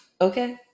Okay